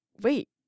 wait